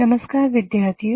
नमस्कार विद्यार्थियों